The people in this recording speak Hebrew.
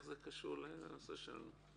איך זה קשור לנושא שלנו?